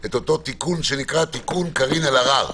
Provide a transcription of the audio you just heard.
את אותו תיקון שנקרא תיקון קארין אלהרר